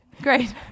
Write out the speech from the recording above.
great